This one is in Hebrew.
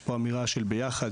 יש פה אמירה של ביחד,